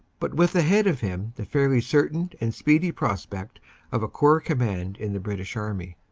but with ahead of him the fairly certain and speedy prospect of a corps command in the british army.